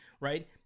right